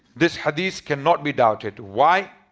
this hadith cannot be doubted. why?